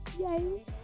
Yay